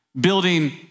building